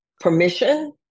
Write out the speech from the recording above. permission